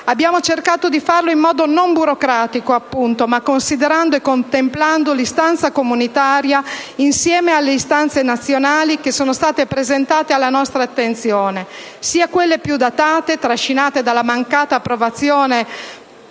Abbiamo cercato di farlo, appunto, in modo non burocratico, ma considerando e contemperando l'istanza comunitaria insieme alle istanze nazionali che sono state presentate alla nostra attenzione. Mi riferisco sia a quelle più datate trascinate dalla mancata approvazione per